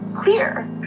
clear